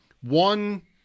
one